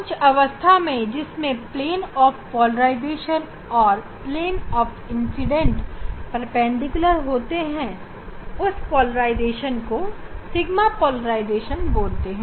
लेकिन ऐसी अवस्था जिसमें पोलराइजेशन और इंसिडेंट के प्लेन परपेंडिकुलर होते हैं तब उस को सिगमा पोलराइजेशन बोलते हैं